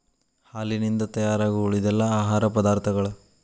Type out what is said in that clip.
ಹಾಲಿನಿಂದ ತಯಾರಾಗು ಉಳಿದೆಲ್ಲಾ ಆಹಾರ ಪದಾರ್ಥಗಳ